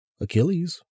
Achilles